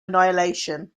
annihilation